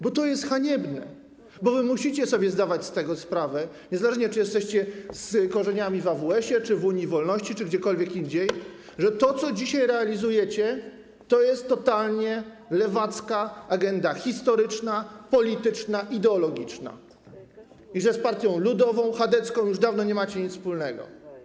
Bo to jest haniebne, bo wy musicie sobie zdawać z tego sprawę - niezależnie czy jesteście z korzeniami w AWS, czy w Unii Wolności, czy gdziekolwiek indziej - że to, co dzisiaj realizujecie, to jest totalnie lewacka agenda historyczna, polityczna, ideologiczna i że z partią ludową, chadecką, już dawno nie macie nic wspólnego.